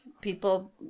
people